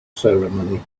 ceremony